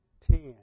Ten